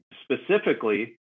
specifically